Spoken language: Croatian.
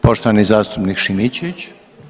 Poštovani zastupnik Šimičević.